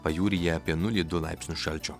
pajūryje apie nulį du laipsnius šalčio